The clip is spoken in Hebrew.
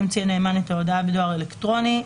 ימציא הנאמן את ההודעה בדואר אלקטרוני.